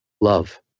love